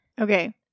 Okay